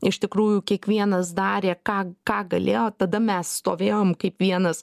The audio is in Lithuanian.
iš tikrųjų kiekvienas darė ką ką galėjo tada mes stovėjom kaip vienas